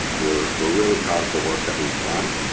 we're we're really proud of the work that we've done,